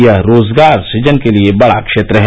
यह रोजगार सुजन के लिए बड़ा क्षेत्र है